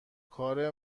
کار